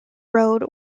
road